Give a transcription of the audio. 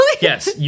Yes